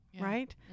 Right